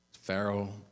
Pharaoh